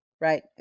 right